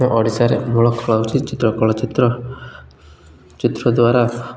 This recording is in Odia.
ଆମ ଓଡ଼ିଶାରେ ମୂଳ ଖେଳ ହେଉଛି ଚିତ୍ରକଳା ଚିତ୍ର ଚିତ୍ର ଦ୍ୱାରା